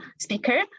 speaker